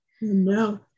No